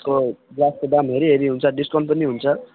त्यसको ग्लासको दाम हेरी हेरी हुन्छ डिस्काउन्ट पनि हुन्छ